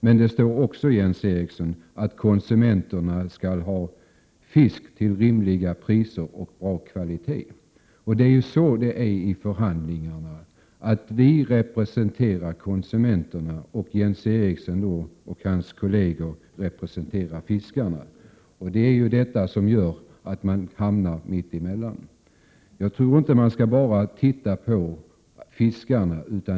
Men det stod också, Jens Eriksson, att konsumenterna skall ha fisk till rimliga priser och av god kvalitet. I förhandlingarna representerar vi konsumenterna och Jens Eriksson och hans kolleger fiskarna. Det gör att man hamnar mitt emellan. Jag tror inte att man bara skall se på fiskarna.